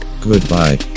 Goodbye